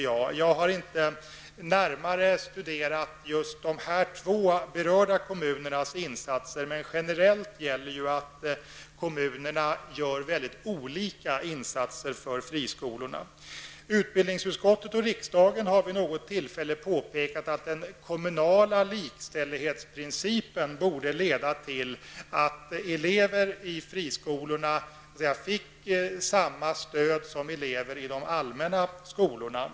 Jag har inte närmare studerat de två nu berörda kommunernas insatser, men generellt gäller att kommunerna gör väldigt olika insatser för friskolorna. Utbildningsutskottet och riksdagen har vid något tillfälle påpekat att den kommunala likställdhetsprincipen borde leda till att eleverna i friskolorna fick samma stöd som eleverna i de allmänna skolorna.